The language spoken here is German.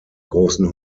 großen